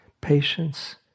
patience